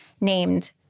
named